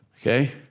Okay